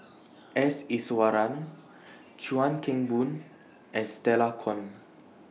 S Iswaran Chuan Keng Boon and Stella Kon